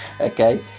Okay